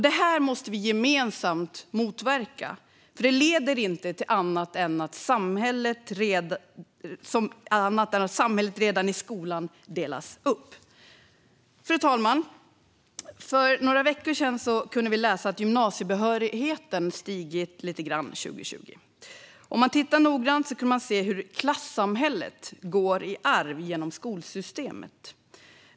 Det här måste vi gemensamt motverka, för det leder inte till annat än att samhället delas upp redan i skolan. Fru talman! För några veckor sedan kunde vi läsa att gymnasiebehörigheten stigit lite grann 2020. Om man tittar noggrant kan man se hur klassamhället går i arv genom skolsystemet.